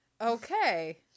Okay